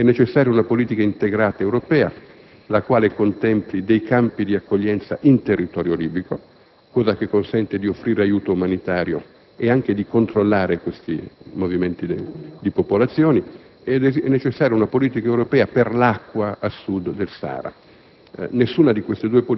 È necessaria una politica integrata europea che contempli campi di accoglienza in territorio libico, cosa che consente di offrire un aiuto umanitario e anche di controllare questi movimenti di popolazione; è necessaria una politica europea per l'acqua a Sud del Sahara,